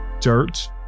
dirt